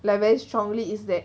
like very strongly is that